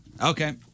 Okay